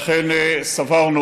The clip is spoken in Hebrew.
לכן סברנו,